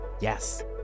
Yes